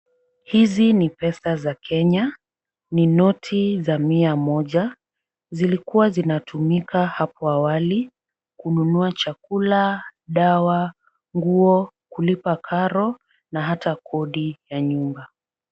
Hizi ni pesa za Kenya. Ni noti za mia moja. Zilikuwa zinatumika hapo awali kununua chakula, dawa, nguo, kulipa karo na ata kodi ya nyumba.